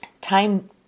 Time